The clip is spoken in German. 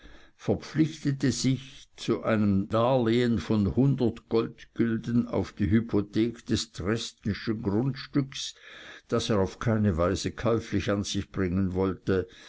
verpflichtete sich zu einem darlehn von hundert goldgülden auf die hypothek des dresdenschen grundstücks das er auf keine weise käuflich an sich bringen wollte